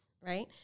Right